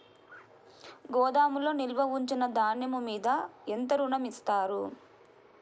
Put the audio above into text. గోదాములో నిల్వ ఉంచిన ధాన్యము మీద ఎంత ఋణం ఇస్తారు?